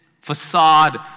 facade